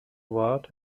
ward